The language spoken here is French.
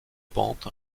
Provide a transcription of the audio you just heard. pente